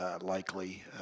likely